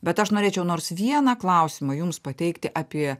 bet aš norėčiau nors vieną klausimą jums pateikti apie